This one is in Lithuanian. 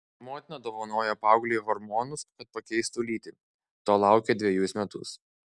motina dovanojo paauglei hormonus kad pakeistų lytį to laukė dvejus metus